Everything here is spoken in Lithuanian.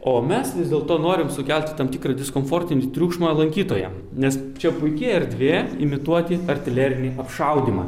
o mes vis dėlto norim sukelti tam tikrą diskomfortinį triukšmą lankytojam nes čia puiki erdvė imituoti artilerinį apšaudymą